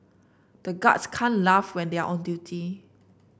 the guards can't laugh when they are on duty